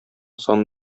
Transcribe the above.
саны